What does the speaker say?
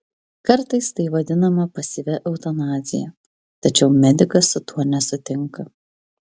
kartais tai vadinama pasyvia eutanazija tačiau medikas su tuo nesutinka